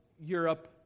Europe